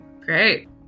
Great